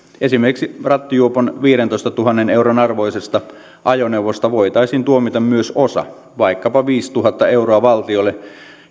esimerkiksi rattijuopon viidentoistatuhannen euron arvoisesta ajoneuvosta voitaisiin tuomita myös osa vaikkapa viisituhatta euroa valtiolle